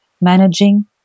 managing